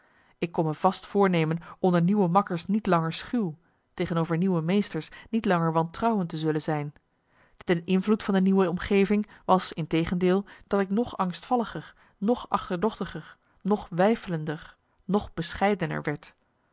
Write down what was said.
ik kon me vast voornemen onder nieuwe makkers niet langer schuw tegenover nieuwe meesters niet langer wantrouwend te zullen zijn de invloed van de nieuwe omgeving was integendeel dat ik nog angstvalliger nog achterdochtiger nog weifelender nog bescheidener werd